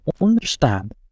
understand